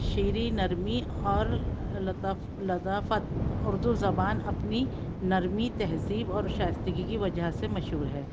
شیریں نرمی اور لطافت اردو زبان اپنی نرمی تہذیب اور شائستگی کی وجہ سے مشہور ہے